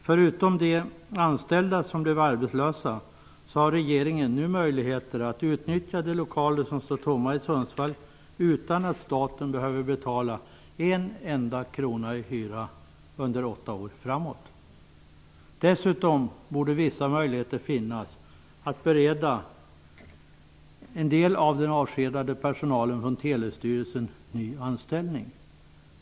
Förutom de anställda som blev arbetslösa har regeringen nu möjligheter att utnyttja de lokaler som står tomma i Sundsvall utan att staten behöver betala en enda krona i hyra under åtta år framåt. Dessutom borde vissa möjligheter finnas att bereda en del av den avskedade personalen från Telestyrelsen ny anställning.